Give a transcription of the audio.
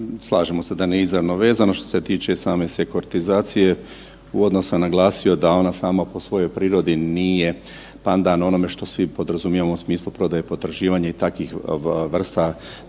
Slažemo se da nije izravno vezano. Što se tiče same sekortizacije uvodno sam naglasio da ona sama po svojoj prirodi nije pandan onome što svi podrazumijevamo u smislu prodaje i potraživanje i takvih vrsta ovaj